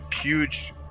huge